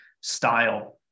style